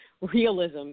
realism